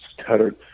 stuttered